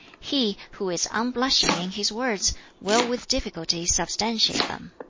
he who is unblushing in his words will with difficulty substantiate them.